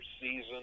season